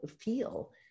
feel